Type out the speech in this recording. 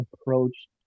approached